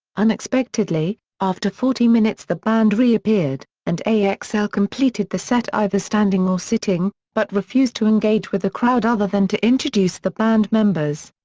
unexpectedly, after forty minutes the band re-appeared, and axl completed the set, either standing or sitting, but refused to engage with the crowd other than to introduce the band members.